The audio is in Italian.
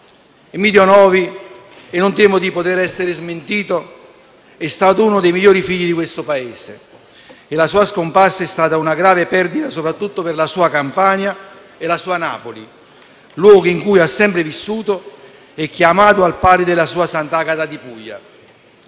Emiddio Novi - e non temo di poter essere smentito - è stato uno dei migliori figli di questo Paese e la sua scomparsa è stata una grave perdita, soprattutto per la sua Campania e la sua Napoli, luoghi in cui ha sempre vissuto e che ha amato al pari della sua Sant'Agata di Puglia.